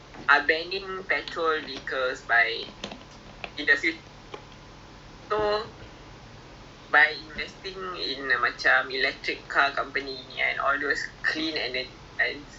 uh old chang kee for example err murah jer you tahu tak old chang kee dia punya share price is err enam puluh satu sen saje [tau] ah serious a'ah betul tu then kalau you ada macam seratus ke dua ratus dollar then you akan